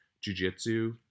Jiu-Jitsu